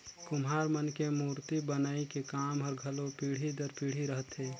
कुम्हार मन के मूरती बनई के काम हर घलो पीढ़ी दर पीढ़ी रहथे